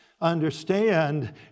understand